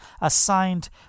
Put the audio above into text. assigned